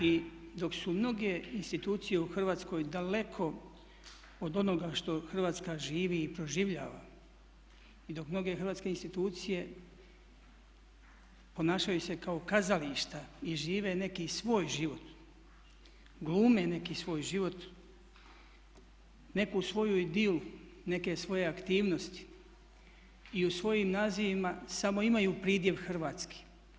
I dok su mnoge institucije u Hrvatskoj daleko od onoga što Hrvatska živi i proživljava i dok mnoge hrvatske institucije ponašaju se kao kazališta i žive neki svoj život, glume neki svoj život, neku svoju idilu, neke svoje aktivnosti i u svojim nazivima samo imaju pridjev hrvatski.